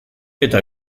eta